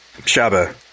Shaba